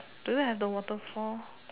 do you have the waterfall